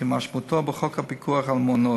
כמשמעותו בחוק הפיקוח על מעונות,